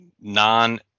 non-